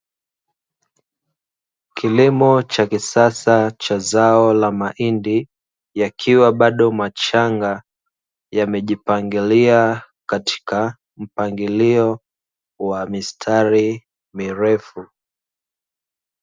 Kilimo cha kisasa cha zao la mahindi yakiwa bado machanga yamejipangilia katika mpangilio wa mistari mirefu.